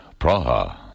Praha